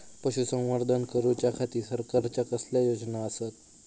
पशुसंवर्धन करूच्या खाती सरकारच्या कसल्या योजना आसत?